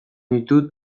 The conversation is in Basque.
ditut